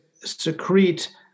secrete